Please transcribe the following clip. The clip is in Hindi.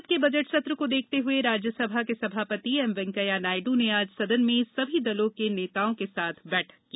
संसद के बजट सत्र को देखते हुए राज्यसभा के सभापति एमवेंकैया नायडू ने आज सदन में सभी दलों के नेताओं के साथ एक बैठक की